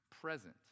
present